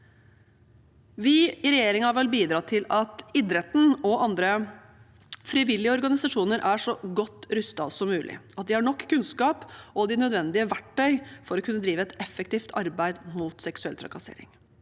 Vi i regjeringen vil bidra til at idretten og andre frivillige organisasjoner er så godt rustet som mulig, at de har nok kunnskap og de nødvendige verktøyene for å kunne drive et effektivt arbeid mot seksuell trakassering.